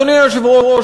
אדוני היושב-ראש,